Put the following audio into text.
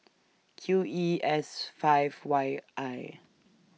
Q E S five Y I